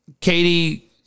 Katie